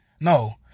no